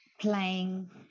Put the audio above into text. playing